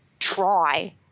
try